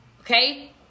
okay